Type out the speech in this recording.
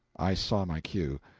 i saw my cue.